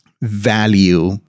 value